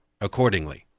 accordingly